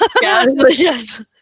Yes